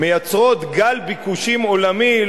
מייצרות גל ביקושים עולמי,